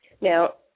now